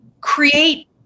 create